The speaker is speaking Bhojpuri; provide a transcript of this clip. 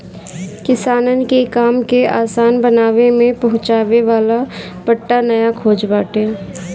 किसानन के काम के आसान बनावे में पहुंचावे वाला पट्टा नया खोज बाटे